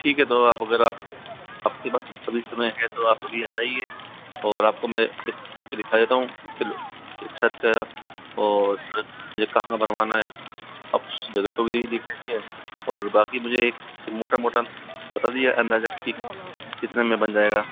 ठीक है तो अगर आप आपके पास अभी समय है तो आप अभी आ जाइए और आपको मैं दिखा देता हूँ फिर छत और मुझे कहाँ बनवाना है और बाकी मुझे एक मोटा मोटा बता दीजिए अंदाजा की कितने में बन जाएगा